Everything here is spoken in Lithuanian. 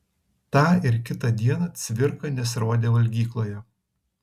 tą ir kitą dieną cvirka nesirodė valgykloje